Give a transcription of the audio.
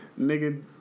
nigga